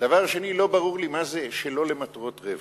דבר שני, לא ברור לי מה זה "שלא למטרות רווח".